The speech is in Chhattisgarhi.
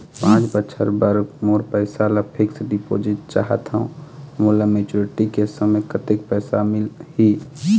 पांच बछर बर मोर पैसा ला फिक्स डिपोजिट चाहत हंव, मोला मैच्योरिटी के समय कतेक पैसा मिल ही?